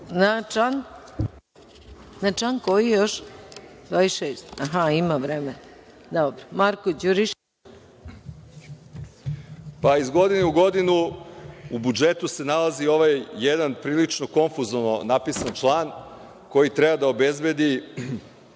Iz godine u godinu, u budžetu se nalazi ovaj jedna prilično konfuzan napisan član koji treba da obezbedi